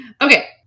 Okay